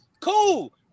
Cool